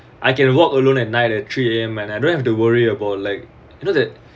I can walk alone at night at three A_M and I don't have to worry about like you know that